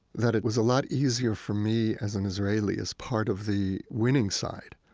that it was a lot easier for me as an israeli as part of the winning side,